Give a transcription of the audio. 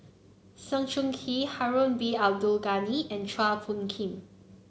Sng Choon Yee Harun Bin Abdul Ghani and Chua Phung Kim